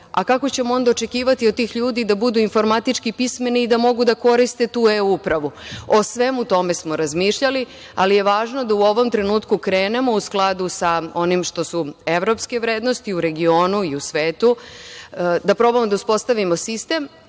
a kako ćemo očekivati od tih ljudi da budu informatički pismeni i da mogu da koriste tu e-upravu?O svemu tome smo razmišljali, ali je važno da u ovom trenutku krenemo u skladu sa onim što su evropske vrednosti u regionu i u svetu, da probamo da uspostavimo sistem